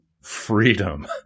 freedom